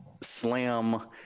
slam